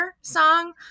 song